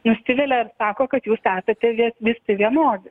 nusivilia ir sako kad jūs esate vėl visi vienodi